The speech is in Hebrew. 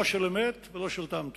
לא של אמת ולא של טעם טוב.